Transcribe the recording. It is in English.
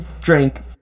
drink